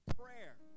prayer